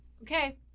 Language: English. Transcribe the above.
Okay